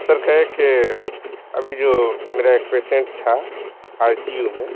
سر کہے کہ ابھی جو میرا ایک پیسینٹ تھا آئی سی یو میں